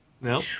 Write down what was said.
No